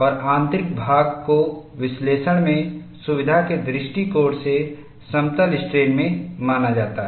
और आंतरिक भाग को विश्लेषण में सुविधा के दृष्टिकोण से समतल स्ट्रेन में माना जाता है